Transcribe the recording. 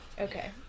Okay